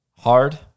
Hard